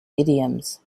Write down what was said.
idioms